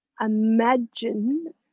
imagine